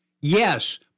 Yes